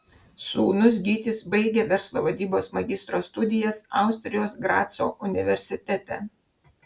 sūnus gytis baigia verslo vadybos magistro studijas austrijos graco universitete